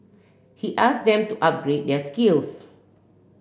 he asked them to upgrade their skills